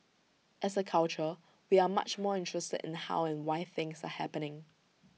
as A culture we are much more interested in how and why things are happening